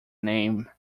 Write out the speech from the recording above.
name